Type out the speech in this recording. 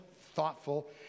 thoughtful